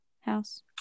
house